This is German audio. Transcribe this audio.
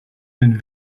den